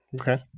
Okay